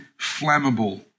flammable